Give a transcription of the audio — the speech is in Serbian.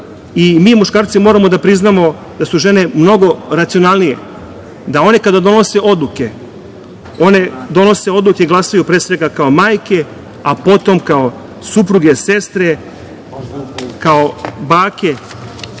Mi muškarci moramo da priznamo da su žene mnogo racionalnije i da one kada donose odluke, one donose odluke i glasaju pre svega kao majke, a potom kao supruge, sestre, kao bake